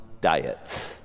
diets